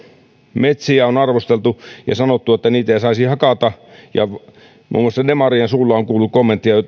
metsiä on arvosteltu ja on sanottu että niitä ei saisi hakata muun muassa demarien taholta on kuultu kommentteja